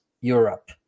europe